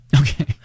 Okay